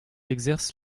exerce